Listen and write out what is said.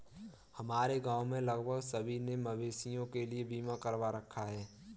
हमारे गांव में लगभग सभी ने मवेशियों के लिए बीमा करवा रखा है